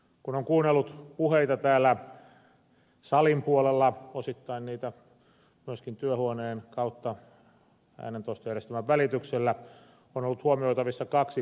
kun on kuunnellut puheita täällä salin puolella osittain myöskin työhuoneessa äänentoistojärjestelmän välityksellä on ollut huomioitavissa kaksi pääviestiä